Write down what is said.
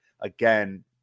again